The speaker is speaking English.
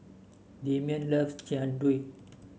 Damion loves Jian Dui